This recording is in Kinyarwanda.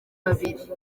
babiri